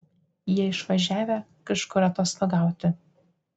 jie išvažiavę kažkur atostogauti